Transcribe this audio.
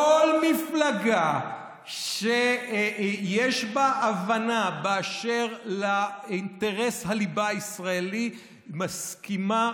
כל מפלגה שיש לה הבנה באשר לאינטרס הליבה הישראלי מסכימה,